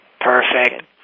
Perfect